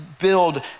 build